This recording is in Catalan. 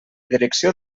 direcció